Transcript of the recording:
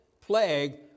plague